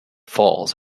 falls